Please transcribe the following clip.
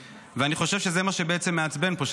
אני חושב שזה מה שמעצבן פה בעצם,